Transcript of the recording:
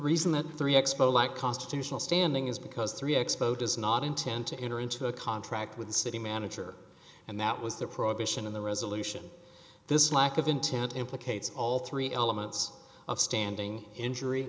reason that three expo like constitutional standing is because three expo does not intend to enter into a contract with the city manager and that was the prohibition of the resolution this lack of intent implicates all three elements of standing injury